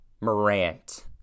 Morant